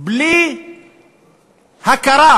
בלי הכרה